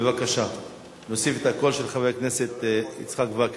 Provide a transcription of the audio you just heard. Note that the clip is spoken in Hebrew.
בבקשה להוסיף את הקול של חבר הכנסת יצחק וקנין.